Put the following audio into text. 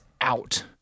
out